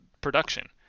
production